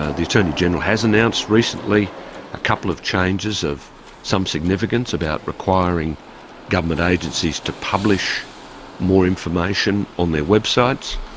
ah the attorney-general has announced recently a couple of changes of some significance about requiring government agencies to publish more information on their web sites.